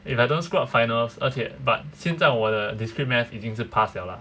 if I don't screw up finals 而且 but 现在我的 discrete math 已经是 pass 了